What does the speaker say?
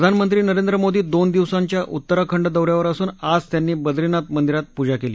प्रधानमंत्री नरेंद्र मोदी दोन दिवसांच्या उत्तराखंड दौ यावर असून आज त्यांनी ब्रदीनाथ मंदिरात पूजा केली